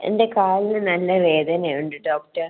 എൻ്റെ കാലിന് നല്ല വേദന ഉണ്ട് ഡോക്ടർ